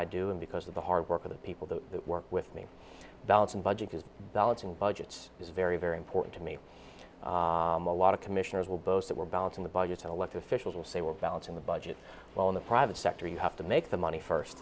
i do and because of the hard work of the people that work with me balance and budget is balancing budgets is very very important to me a lot of commissioners will boast that we're balancing the budget and elect officials and say we're balancing the budget while in the private sector you have to make the money first